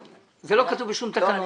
זה לא כתוב בשום תקנון.